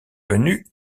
venue